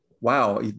wow